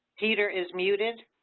peter is muted.